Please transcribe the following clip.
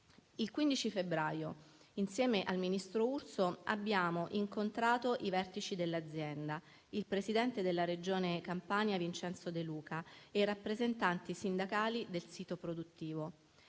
Il 15 febbraio, insieme al ministro Urso, abbiamo incontrato i vertici dell'azienda, il presidente della Regione Campania Vincenzo De Luca e i rappresentanti sindacali del sito produttivo.